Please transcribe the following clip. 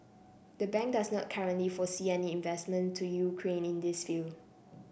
the bank does not currently foresee any investment to Ukraine in this field